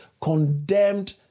condemned